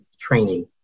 training